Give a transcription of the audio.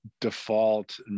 default